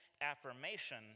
affirmation